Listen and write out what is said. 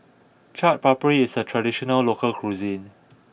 Chaat Papri is a traditional local cuisine